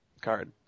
card